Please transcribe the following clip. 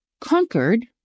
conquered